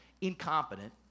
incompetent